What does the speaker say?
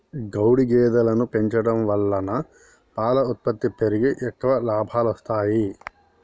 గౌడు గేదెలను పెంచడం వలన పాల ఉత్పత్తి పెరిగి ఎక్కువ లాభాలొస్తాయి